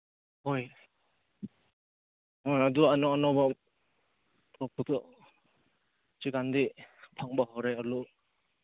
ꯍꯣꯏ ꯍꯣꯏ ꯑꯗꯨ ꯑꯅꯧ ꯑꯅꯧꯕ ꯊꯣꯛꯄꯗꯣ ꯍꯧꯖꯤꯛꯀꯥꯟꯗꯤ ꯐꯪꯕ ꯍꯧꯔꯦ ꯑꯜꯂꯨ